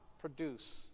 produce